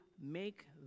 make